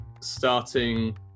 starting